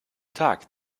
tag